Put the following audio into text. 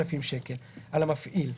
5,000 ש"ח על המפעיל,